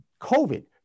COVID